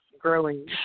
growing